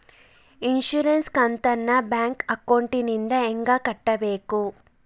Insurance ಕಂತನ್ನ bank ಅಕೌಂಟಿಂದ ಹೆಂಗ ಕಟ್ಟಬೇಕು?